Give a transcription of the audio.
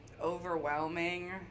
overwhelming